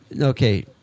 okay